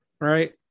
right